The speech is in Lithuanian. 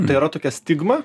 tai yra tokia stigma